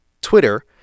Twitter